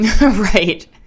Right